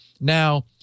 Now